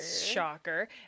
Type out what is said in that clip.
Shocker